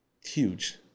huge